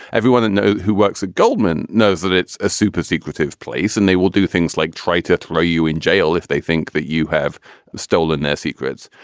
everyone i know who works at goldman knows that it's a super secretive place and they will do things like try to throw you in jail if they think that you have stolen their secrets.